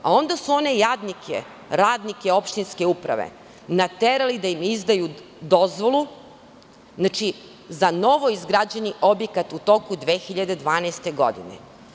Onda su one jadnike, radnike opštinske uprave, naterali da im izdaju dozvolu za novoizgrađeni objekat u toku 2012. godine.